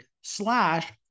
slash